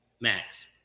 Max